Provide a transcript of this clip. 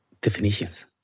definitions